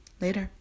later